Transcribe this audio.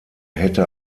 hätte